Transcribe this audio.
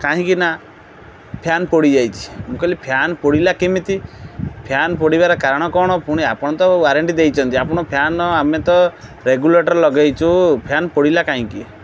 କାହିଁକି ନା ଫ୍ୟାନ୍ ପୋଡ଼ି ଯାଇଛି ମୁଁ କହିଲି ଫ୍ୟାନ୍ ପୋଡ଼ିଲା କେମିତି ଫ୍ୟାନ୍ ପୋଡ଼ିବାର କାରଣ କ'ଣ ପୁଣି ଆପଣ ତ ୱାରେଣ୍ଟି ଦେଇଛନ୍ତି ଆପଣ ଫ୍ୟାନ୍ ଆମେ ତ ରେଗୁଲେଟର୍ ଲଗେଇଛୁ ଫ୍ୟାନ୍ ପୋଡ଼ିଲା କାହିଁକି